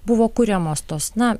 buvo kuriamos tos na